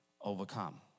Overcome